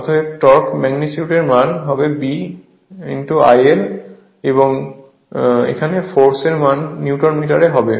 অতএব টর্কের ম্যাগনিটিউড এর মান হবে B IL অর্থাৎ এখানে ফোর্স এর মান নিউটন মিটারে হবে